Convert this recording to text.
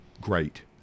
great